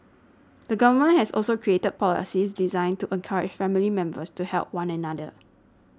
the government has also created policies designed to encourage family members to help one another